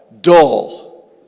dull